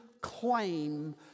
claim